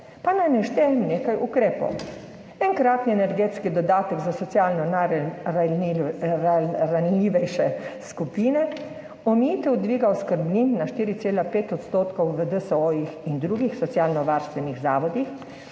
pa naj naštejem nekaj ukrepov; enkratni energetski dodatek za socialno ranljivejše skupine, omejitev dviga oskrbnin na 4,5 % v DSO in drugih socialno varstvenih zavodih,